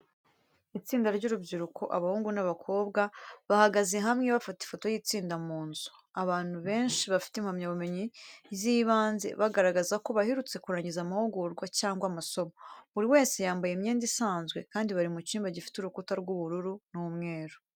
Itsinda ry'urubyiruko, abahungu n'abakobwa, bahagaze hamwe bafata ifoto y'itsinda mu nzu. Abantu benshi bafite impamyabumenyi z'ibanze, bagaragaza ko baherutse kurangiza amahugurwa cyangwa amasomo. Buri wese yambaye imyenda isanzwe kandi bari mu cyumba gifite urukuta rw'ubururu n'umweru.